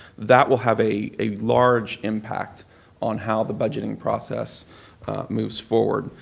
that will have a a large impact on how the budgeting process moves forward.